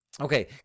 Okay